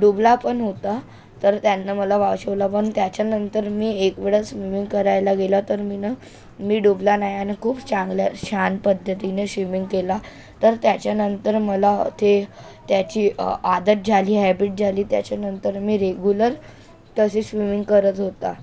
डुबला पण होता तर त्यानं मला वाचवला पण त्याच्यानंतर मी एक वेळा स्विमिंग करायला गेला तर मी न मी डुबला नाही आणि खूप चांगलं शान पद्धतीने श्विमिंग केला तर त्याच्यानंतर मला ते त्याची आदत झाली हॅबिट झाली त्याच्यानंतर मी रेगुलर तशी श्विमिंग करत होता